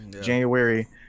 january